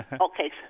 Okay